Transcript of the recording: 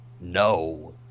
no